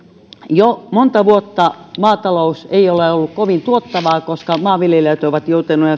jo monta vuotta maatalous ei ole ole ollut kovin tuottavaa koska maanviljelijät ovat joutuneet